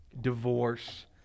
divorce